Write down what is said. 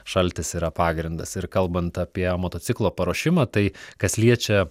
šaltis yra pagrindas ir kalbant apie motociklo paruošimą tai kas liečia